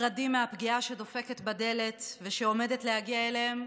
הנחרדים מהפגיעה שדופקת בדלת ושעומדת להגיע אליהם,